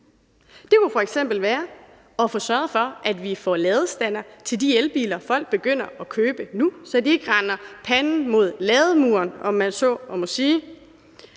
Det kunne f.eks. være at få sørget for, at vi får ladestandere til de elbiler, folk begynder at købe nu, så de ikke render panden mod lademuren, om man så må sige.